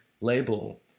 label